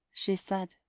she said,